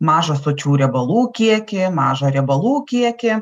mažą sočių riebalų kiekį mažą riebalų kiekį